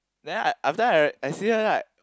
then I I'm still have I see her like